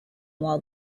while